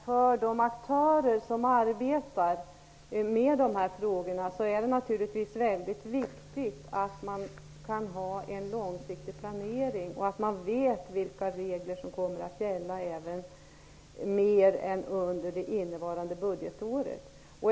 För de aktörer som arbetar med dessa frågor är det naturligtvis mycket viktigt med en långsiktig planering. De måste veta vilka regler som kommer att gälla även för längre tid än det innevarande budgetåret.